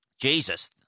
Jesus